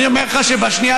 בוא נראה מה יהיה בשנייה